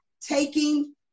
taking